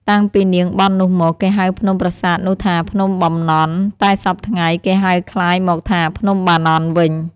តាំងពី នាងបន់នោះមក គេហៅភ្នំប្រាសាទនោះថា ភ្នំបំណន់ តែសព្វថ្ងៃ គេហៅក្លាយមកថា ភ្នំបាណន់ វិញ ។